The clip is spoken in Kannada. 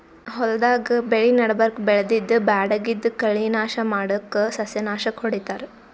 ಹೊಲ್ದಾಗ್ ಬೆಳಿ ನಡಬರ್ಕ್ ಬೆಳ್ದಿದ್ದ್ ಬ್ಯಾಡಗಿದ್ದ್ ಕಳಿ ನಾಶ್ ಮಾಡಕ್ಕ್ ಸಸ್ಯನಾಶಕ್ ಹೊಡಿತಾರ್